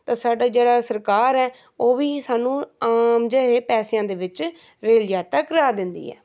ਤਾਂ ਸਾਡਾ ਜਿਹੜਾ ਸਰਕਾਰ ਹੈ ਉਹ ਵੀ ਸਾਨੂੰ ਆਮ ਜਿਹੇ ਪੈਸਿਆਂ ਦੇ ਵਿੱਚ ਰੇਲ ਯਾਤਰਾ ਕਰਾ ਦਿੰਦੀ ਹੈ